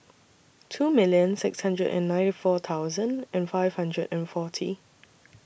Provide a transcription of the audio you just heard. two million six hundred and ninety four thousand and five hundred and forty